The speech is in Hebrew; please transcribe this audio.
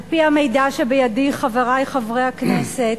על-פי המידע שבידי, חברי חברי הכנסת,